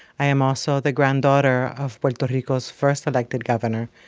i am also the granddaughter of puerto rico's first elected governor,